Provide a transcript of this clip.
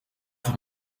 voor